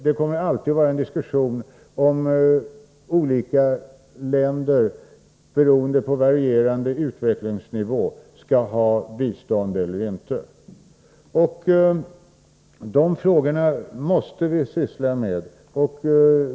Det kommer alltid att föras en diskussion om vilka länder som, beroende på varierande utvecklingsnivå, skall få bistånd eller inte. De frågorna måste vi syssla med.